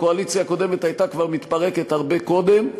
הקואליציה הקודמת הייתה מתפרקת הרבה קודם,